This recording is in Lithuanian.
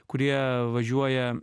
kurie važiuoja